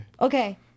Okay